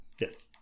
Yes